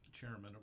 Chairman